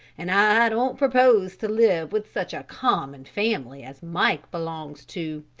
and i don't propose to live with such a common family as mike belongs to,